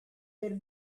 per